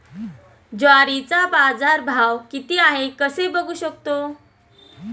ज्वारीचा बाजारभाव किती आहे कसे बघू शकतो?